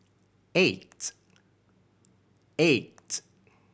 eight eight